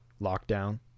lockdown